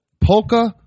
polka